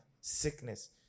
sickness